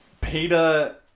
Peter